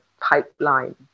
pipeline